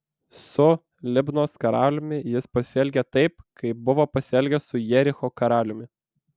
su libnos karaliumi jis pasielgė taip kaip buvo pasielgęs su jericho karaliumi